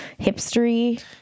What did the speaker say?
hipstery